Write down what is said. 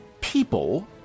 people